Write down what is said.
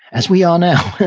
as we are now,